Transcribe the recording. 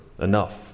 enough